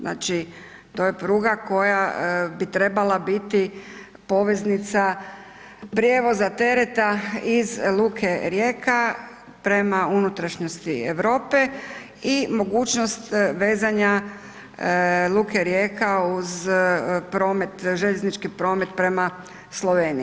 Znači to je pruga koja bi trebala biti poveznica prijevoza tereta iz Luke Rijeka prema unutrašnjosti Europe i mogućnost vezanja Luke Rijeka uz željeznički promet prema Sloveniji.